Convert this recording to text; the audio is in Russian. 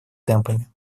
темпами